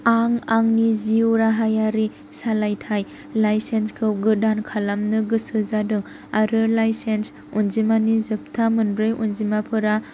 आं आंनि जिउ राहायारि सालायथाय लाइसेन्सखौ गोदान खालामनो गोसो जादों आरो लाइसेन्स अनजिमानि जोबथा मोनब्रै अनजिमाफोरा